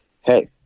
Hey